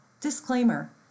Disclaimer